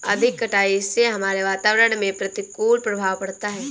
अधिक कटाई से हमारे वातावरण में प्रतिकूल प्रभाव पड़ता है